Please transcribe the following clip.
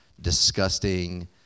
disgusting